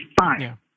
fine